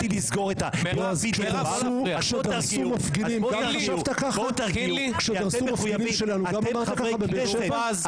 בואו תרגיעו, אתם חברי כנסת.